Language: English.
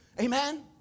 Amen